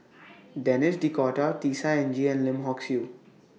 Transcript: Denis D'Cotta Tisa Ng and Lim Hock Siew